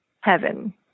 heaven